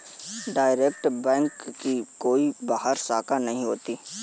direct bank की कोई बाह्य शाखा नहीं होती